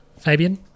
Fabian